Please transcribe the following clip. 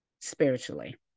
spiritually